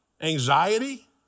anxiety